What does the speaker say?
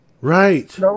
Right